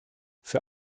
für